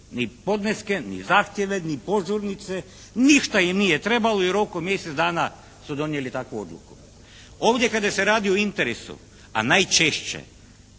ni podneske, ni zahtjeve, ni požurnice, ništa im nije trebalo i u roku mjesec dana su donijeli takvu odluku. Ovdje kada se radi o interesu, a najčešće